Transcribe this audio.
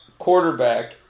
quarterback